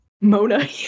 Mona